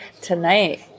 tonight